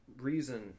reason